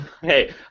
Hey